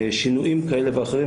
שינויים כאלה ואחרים,